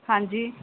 ਹਾਂਜੀ